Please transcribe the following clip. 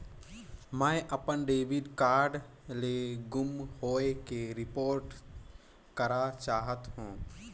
मैं अपन debit card के गुम होवे के रिपोर्ट करा चाहत हों